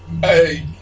Hey